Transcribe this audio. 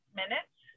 minutes